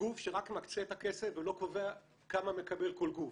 לגוף שרק מקצה את הכסף ולא קובע כמה מקבל כל גוף.